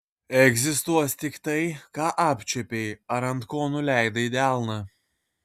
egzistuos tik tai ką apčiuopei ar ant ko nuleidai delną